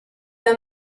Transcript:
down